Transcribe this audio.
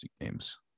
games